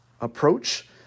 approach